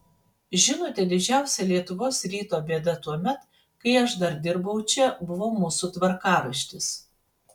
žinote didžiausia lietuvos ryto bėda tuomet kai aš dar dirbau čia buvo mūsų tvarkaraštis